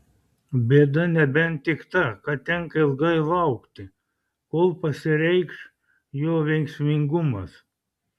bėda nebent tik ta kad tenka ilgiau laukti kol pasireikš jo veiksmingumas